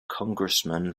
congressman